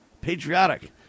patriotic